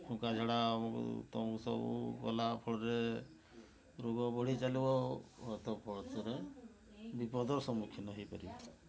ଫୁଙ୍କା ଝଡ଼ା ଅମୁକୁ ତମୁକୁ ସବୁ କଲା ଫଳରେ ରୋଗ ବଢ଼ି ଚାଲିବ ତ ପଛରେ ବିପଦ ସମ୍ମୁଖୀନ ହେଇପାରେ